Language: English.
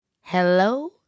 Hello